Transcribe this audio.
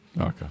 Okay